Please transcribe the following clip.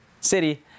city